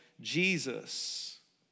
Jesus